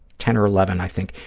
ten or eleven, i think,